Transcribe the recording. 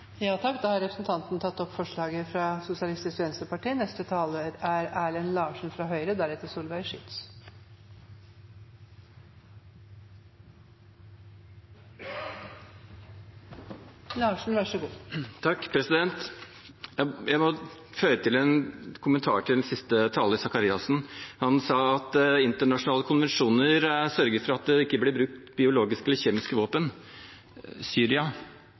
tatt opp forslaget han refererte til. Jeg må føye til en kommentar til den siste taler Faret Sakariassens innlegg. Han sa at internasjonale konvensjoner sørger for at det ikke blir brukt biologiske eller kjemiske våpen. Syria